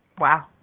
Wow